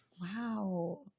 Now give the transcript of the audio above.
Wow